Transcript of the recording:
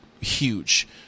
huge